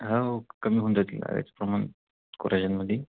हा हो कमी होऊन जाते अळ्याचं प्रमाण कोरायजनमध्ये